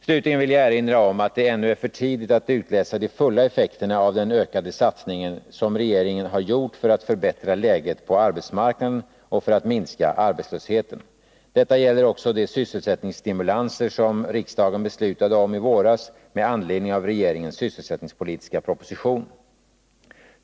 Slutligen vill jag erinra om att det ännu är för tidigt att utläsa de fulla effekterna av den ökade satsningen som regeringen har gjort för att förbättra läget på arbetsmarknaden och för att minska arbetslösheten. Detta gäller också de sysselsättningsstimulanser som riksdagen beslutade om i våras med anledning av regeringens sysselsättningspolitiska proposition.